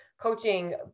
coaching